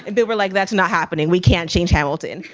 they were like, that's not happening, we can't change hamilton.